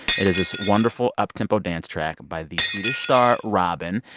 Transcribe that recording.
it is this wonderful uptempo dance track by the swedish star robyn.